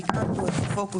מיקמנו את הפוקוס.